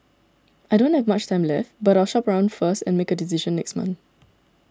I don't have much time left but I'll shop around first and make a decision next month